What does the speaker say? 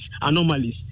anomalies